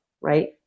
right